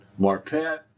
Marpet